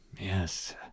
Yes